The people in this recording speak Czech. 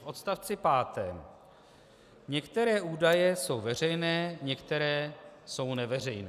V odstavci pátém některé údaje jsou veřejné, některé jsou neveřejné.